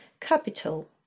Capital